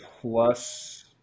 plus